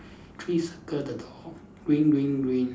three circle the door green green green